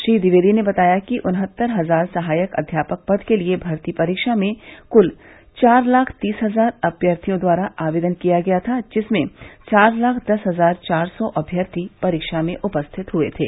श्री द्विवेदी ने बताया कि उन्हत्तर हजार सहायक अध्यापक पद के लिये भर्ती परीक्षा में कुल चार लाख तीस हजार अभ्यर्थियों द्वारा आवेदन किया गया था जिसमें चार लाख दस हजार चार सौ अभ्यर्थी परीक्षा में उपस्थित हुए थे